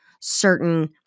certain